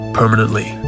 permanently